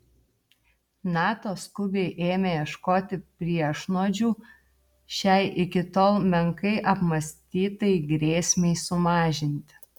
nato skubiai ėmė ieškoti priešnuodžių šiai iki tol menkai apmąstytai grėsmei sumažinti